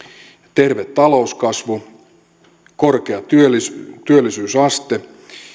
terve talouskasvu korkea työllisyysaste